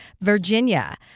Virginia